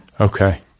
Okay